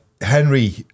Henry